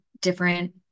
different